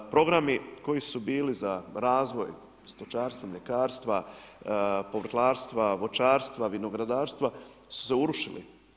Programi koji su bili za razvoj stočarstva, mljekarstva, povrtlarstva, voćarstva, vinogradarstva su se urušili.